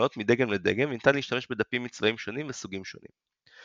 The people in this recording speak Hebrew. משתנות מדגם לדגם וניתן להשתמש בדפים מצבעים שונים וסוגים שונים.